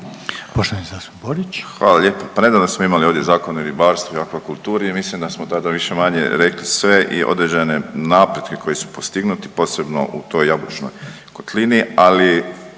Josip (HDZ)** Hvala lijepa. Pa nedavno smo imali ovdje Zakon o ribarstvu i aqua kulturi. Ja mislim da smo tada više-manje rekli sve i određene napretke koji su postignuti posebno u toj Jabučnoj kotlini.